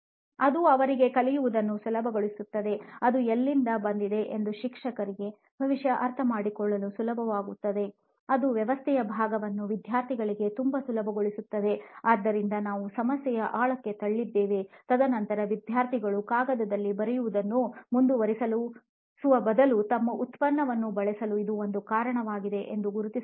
ಅದು ಅವರಿಗೆ ಕಲಿಯುವುದನ್ನು ಸುಲಭಗೊಳಿಸುತ್ತದೆ ಅದು ಎಲ್ಲಿಂದ ಬಂದಿದೆ ಎಂದು ಶಿಕ್ಷಕರಿಗೆ ಬಹುಶಃ ಅರ್ಥಮಾಡಿಕೊಳ್ಳುವುದು ಸುಲಭವಾಗುತ್ತದೆಅದು ವ್ಯವಸ್ಥೆಯ ಭಾಗವನ್ನು ವಿದ್ಯಾರ್ಥಿಗಳಿಗೆ ತುಂಬಾ ಸುಲಭಗೊಳಿಸುತ್ತದೆ ಆದ್ದರಿಂದ ನಾವು ಸಮಸ್ಯೆಯ ಆಳಕ್ಕೆ ತಳ್ಳಿದ್ದೇವೆ ತದನಂತರ ವಿದ್ಯಾರ್ಥಿಗಳು ಕಾಗದದಲ್ಲಿ ಬರೆಯುವುದನ್ನು ಮುಂದುವರಿಸುವ ಬದಲು ನಮ್ಮ ಉತ್ಪನ್ನವನ್ನು ಬಳಸಲು ಇದು ಒಂದು ಕಾರಣವಾಗಿದೆ ಎಂದು ಗುರುತಿಸಬಹುದು